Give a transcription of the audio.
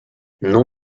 non